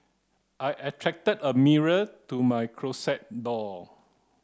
I attached a mirror to my closet door